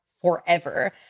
forever